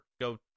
Go